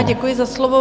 Děkuji za slovo.